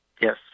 Yes